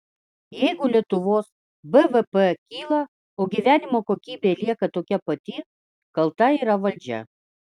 jeigu lietuvos bvp kyla o gyvenimo kokybė lieka tokia pati kalta yra valdžia